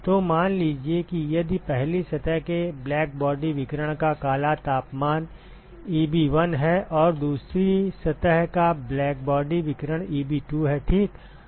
तो मान लीजिए कि यदि पहली सतह के ब्लैकबॉडी विकिरण का काला तापमान Eb1 है और दूसरी सतह का ब्लैकबॉडी विकिरण Eb2 है ठीक